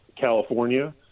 California